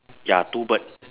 ya two bird